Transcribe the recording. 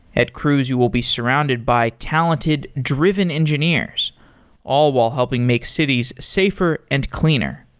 at cruise you will be surrounded by talented, driven engineers all while helping make cities safer and cleaner.